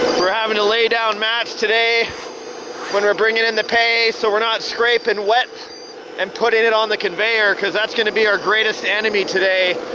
we're having to lay down mats today when we're bringing in the pay so we're not scraping wet and putting it on the conveyor because that's going to be our greatest enemy today.